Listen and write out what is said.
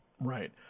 Right